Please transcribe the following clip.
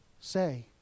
say